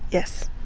yes,